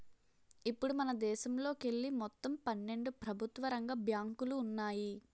ఇప్పుడు మనదేశంలోకెళ్ళి మొత్తం పన్నెండు ప్రభుత్వ రంగ బ్యాంకులు ఉన్నాయి